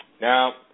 Now